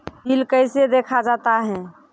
Bill कैसे देखा जाता हैं?